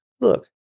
look